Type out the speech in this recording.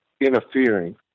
interfering